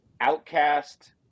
Outcast